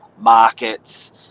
Markets